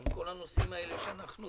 גם כל הנושאים האלה שאנחנו